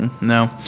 No